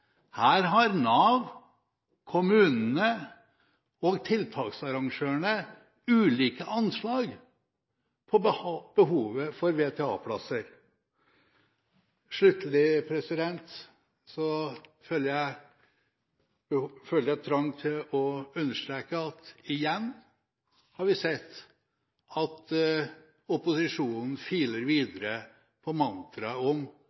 Her har Nav, kommunene og tiltaksarrangørene ulike anslag på behovet for VTA-plasser. Sluttelig føler jeg trang til å understreke at igjen har vi sett at opposisjonen filer videre på mantraet om